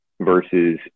versus